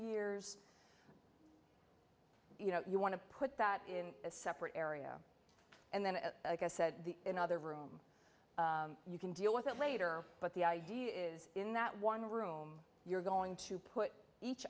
years you know you want to put that in a separate area and then said the other room you can deal with it later but the idea is in that one room you're going to put each